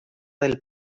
del